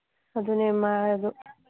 ꯑꯗꯨꯅꯦ ꯃꯥꯗꯨ